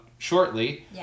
shortly